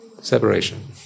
Separation